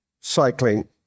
cycling